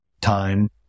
time